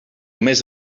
més